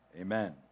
Amen